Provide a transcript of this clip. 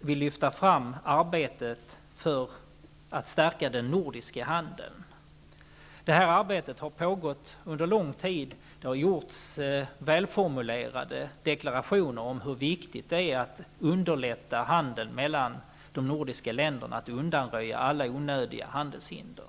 vill lyfta fram arbetet för att stärka den nordiska handeln. Detta arbete har pågått under lång tid. Det har gjorts välformulerade deklarationer om hur viktigt det är att underlätta handeln mellan de nordiska länderna och undanröja alla onödiga handelshinder.